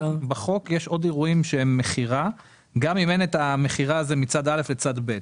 בחוק יש עוד אירועים שהם מכירה גם אם אין את המכירה מצד א' לצד ב'.